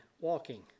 walking